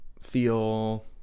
feel